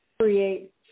create